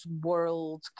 world